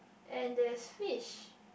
and there's fish